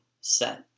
set